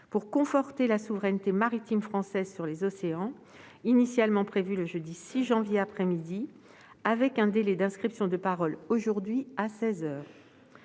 pour conforter la souveraineté maritime française sur les océans, initialement prévu le jeudi 6 janvier après-midi, avec un délai d'inscription de parole aujourd'hui à